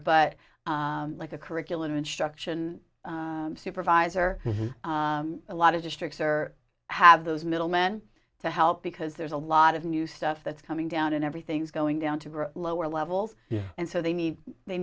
but like a curriculum instruction supervisor a lot of districts or have those middlemen to help because there's a lot of new stuff that's coming down and everything's going down to the lower levels and so they need they